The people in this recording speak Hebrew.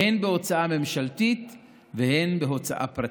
הן בהוצאה ממשלתית והן בהוצאה פרטית.